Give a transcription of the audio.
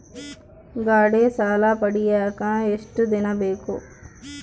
ಗಾಡೇ ಸಾಲ ಪಡಿಯಾಕ ಎಷ್ಟು ದಿನ ಬೇಕು?